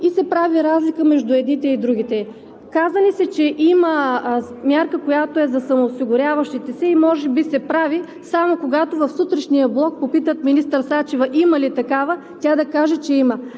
се разлика между едните и другите. Каза ни се, че има мярка, която е за самоосигуряващите се и може би се прави само когато в сутрешния блок попитат министър Сачева има ли такава, тя да каже, че има.